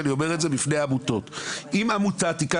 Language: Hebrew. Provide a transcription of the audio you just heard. ואני אומר לך שהוועדה,